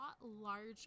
larger